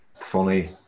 funny